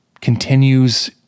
continues